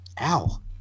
Ow